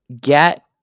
get